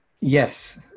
Yes